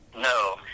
No